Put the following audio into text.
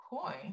coin